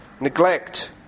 neglect